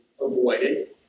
avoided